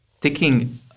taking